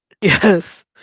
Yes